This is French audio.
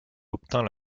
obtint